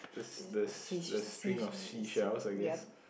is it seash~ seash~ uh sea ya